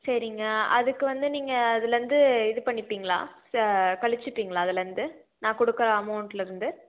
சரிங்க அதுக்கு வந்து நீங்கள் அதில் இருந்து இது பண்ணிப்பிங்களா க கழிச்சிப்பீங்களா அதில் இருந்து நான் கொடுக்குற அமௌண்ட்டில் இருந்து